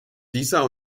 dieser